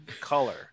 color